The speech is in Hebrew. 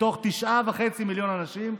מתוך תשעה וחצי מיליון אנשים.